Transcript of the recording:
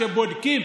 כשבודקים,